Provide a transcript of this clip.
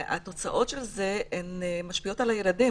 והתוצאות של זה משפיעות על הילדים,